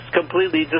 completely